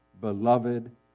beloved